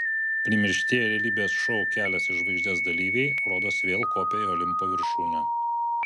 primirštieji realybės šou kelias į žvaigždes dalyviai rodos vėl kopia į olimpo viršūnę